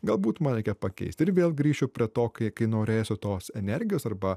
galbūt man reikia pakeisti ir vėl grįšiu prie to kai kai norėsiu tos energijos arba